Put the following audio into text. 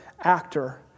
actor